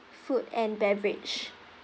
food and beverage